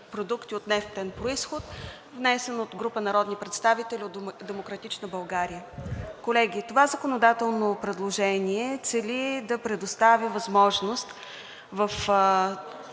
продукти от нефтен произход, внесен от група народни представители от „Демократична България“. Колеги, това законодателно предложение цели да предостави възможност в